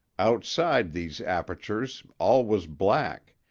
outside these apertures all was black,